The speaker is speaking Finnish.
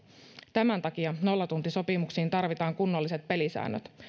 tämän takia nollatuntisopimuksiin tarvitaan kunnolliset pelisäännöt